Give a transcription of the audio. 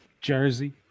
Jersey